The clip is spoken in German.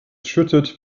schüttet